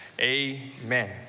amen